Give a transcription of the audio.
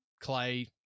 Clay